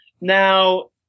Now